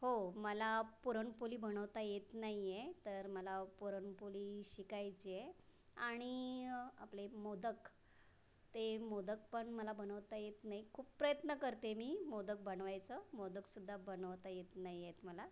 हो मला पुरणपोळी बनवता येत नाही आहे तर मला पुरणपोळी शिकायची आहे आणि आपले मोदक ते मोदक पण मला बनवता येत नाही खूप प्रयत्न करते मी मोदक बनवायचं मोदकसुद्धा बनवता येत नाही आहेत मला